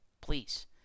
Please